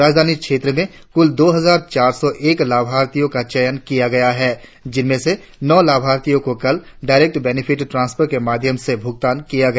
राजधानी क्षेत्र में कुल दो हजार चार सौ एक लाभार्थियों का चयन किया गया है जिसमें से नौ लाभार्थियों को कल डायरेक्ट बेनिफिट ट्रांसफर के माध्यम से भूगतान किया गया